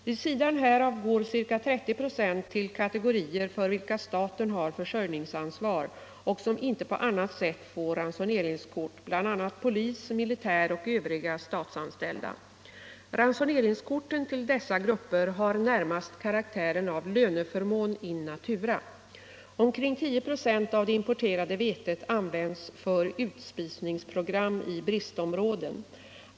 Vid sidan härav går ca 30 94 till kategorier för vilka staten har försörjningsansvar och som inte på annat sätt får ransoneringskort, bl.a. polis, militär och övriga statsanställda. Ransoneringskorten till dessa grupper har närmast karaktären av löneförmån in natura. Omkring 10 96 av det importerade vetet användes för utspisningsprogram i bristområden.